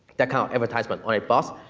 then count advertisement, all right boss.